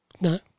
No